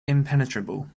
impenetrable